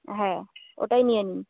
হ্যাঁ ওটাই নিয়ে নিন